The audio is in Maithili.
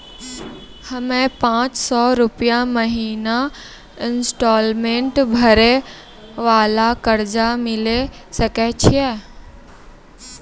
हम्मय पांच सौ रुपिया महीना इंस्टॉलमेंट भरे वाला कर्जा लिये सकय छियै?